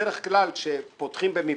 בדרך כלל כשפותחים במבצע,